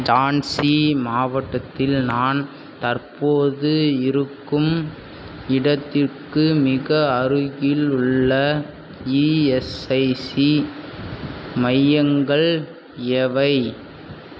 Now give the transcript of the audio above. ஜான்சி மாவட்டத்தில் நான் தற்போது இருக்கும் இடத்திற்கு மிக அருகிலுள்ள இஎஸ்ஐசி மையங்கள் எவை